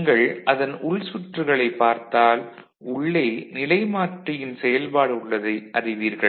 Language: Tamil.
நீங்கள் அதன் உள் சுற்றுகளைப் பார்த்தால் உள்ளே நிலைமாற்றியின் செயல்பாடு உள்ளதை அறிவீர்கள்